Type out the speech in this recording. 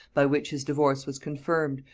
by which his divorce was confirmed,